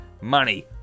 money